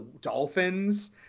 dolphins